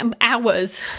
hours